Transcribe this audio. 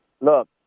Look